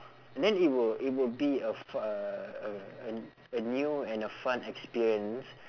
then it will it will be a fu~ uh a a a new and a fun experience